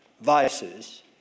vices